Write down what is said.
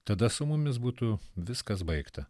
tada su mumis būtų viskas baigta